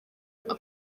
aka